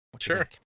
Sure